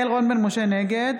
נגד